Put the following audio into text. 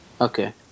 Okay